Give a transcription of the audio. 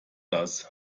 das